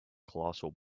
colossal